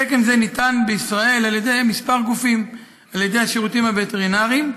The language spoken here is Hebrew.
תקן זה ניתן בישראל על ידי כמה גופים: על ידי השירותים הווטרינריים,